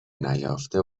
نیافته